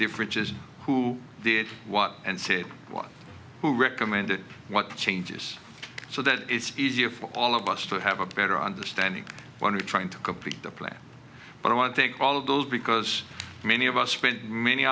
different just who did what and what who recommended what changes so that it's easier for all of us to have a better understanding when you're trying to complete the plan but i want to take all of those because many of us spent many